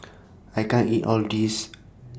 I can't eat All The This